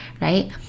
right